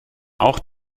auch